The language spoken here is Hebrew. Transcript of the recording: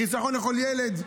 חיסכון לכל ילד.